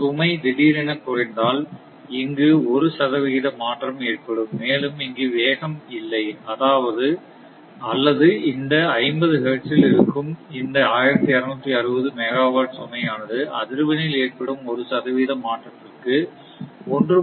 சுமை திடீரென குறைந்தால் இங்கு ஒரு சதவிகித மாற்றம் ஏற்படும் மேலும் இங்கு வேகம் இல்லை அல்லது இந்த 50 ஹெர்ட்ஸ் ல் இருக்கும் இந்த 1260 மெகாவாட் சுமையானது அதிர்வெண்ணில் ஏற்படும் ஒரு சதவீத மாற்றத்துக்கு 1